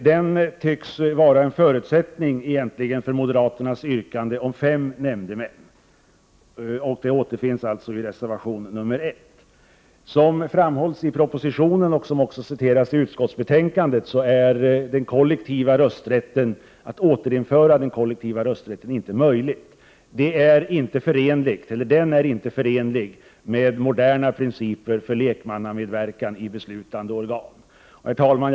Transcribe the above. Den tycks vara en förutsättning för moderaternas yrkande om fem nämndemän, och återfinns således i reservation nr 1. Som framhålls i propositionen — vilket citeras i utskottets betänkande — är det inte möjligt att återinföra den kollektiva rösträtten. Den är inte förenlig med moderna principer för lekmannamedverkan i beslutande organ. Herr talman!